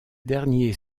derniers